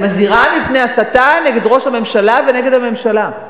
אני מזהירה מפני הסתה נגד ראש הממשלה ונגד הממשלה.